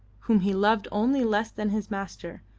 whom he loved only less than his master,